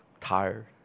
Tired